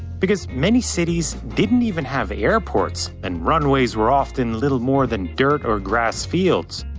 because many cities didn't even have airports. and runways were often little more than dirt or grass fields.